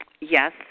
yes